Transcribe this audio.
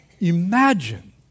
Imagine